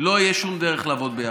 לא תהיה שום דרך לעבוד ביחד.